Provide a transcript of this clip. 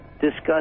discuss